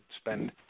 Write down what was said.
spend